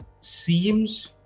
seems